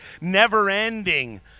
never-ending